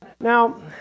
Now